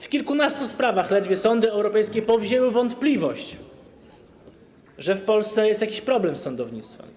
W kilkunastu sprawach ledwie sądy europejskie powzięły wątpliwość, że w Polsce jest jakiś problem z sądownictwem.